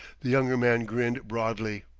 the younger man grinned broadly.